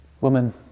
Woman